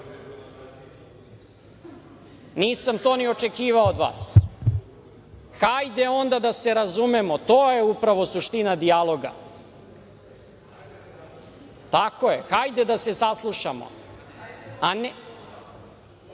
to ni očekivao od vas. Hajde onda da se razumemo. To je upravo suština dijaloga. Tako je, hajde da se